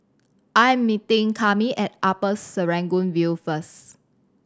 I'm meeting Cami at Upper Serangoon View first